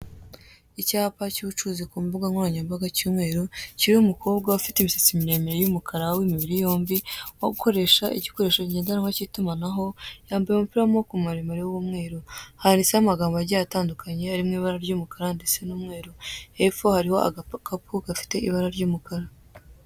Icyapa cy'ubucuruzi ku mbuga nkoranyambaga cy'umweru kiriho umukobwa ufite imisatsi miremire y'umukara w'imibiri yombi uri gukoresha igikoresho ngendanwa k'itumanaho, yambaye umupira w'amaboko maremare w'umweru handitseho amagambo agiye atandukanye ari mu ibara ry'umukara ndetse n'umweru hepfo hariho agakapu gafite ibara ry'umukara.